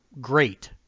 great